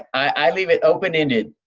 i leave it open-ended.